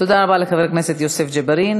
תודה רבה לחבר הכנסת יוסף ג'בארין.